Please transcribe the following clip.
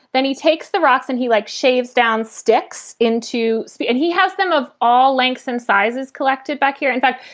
then he takes the rocks and he like shaves down, sticks into so it. and he has them of all lengths and sizes collected back here. in fact,